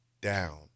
down